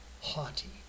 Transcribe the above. haughty